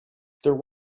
there